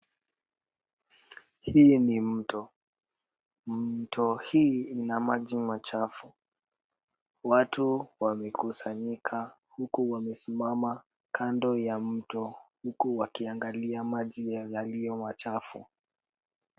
Hii ni mto. Mto hii ina maji machafu. Watu wamekusanyika huku wamesimama kando ya mto, huku wakiangalia maji yaliyo machafu.